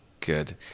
Good